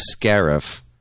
Scarif